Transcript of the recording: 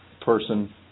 person